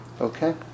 Okay